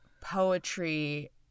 poetry